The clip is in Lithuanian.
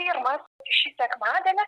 pirmas šį sekmadienį